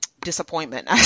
disappointment